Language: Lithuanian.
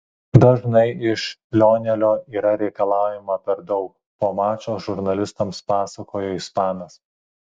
dažnai iš lionelio yra reikalaujama per daug po mačo žurnalistams pasakojo ispanas